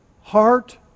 heart